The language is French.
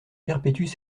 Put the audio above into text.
perpétuent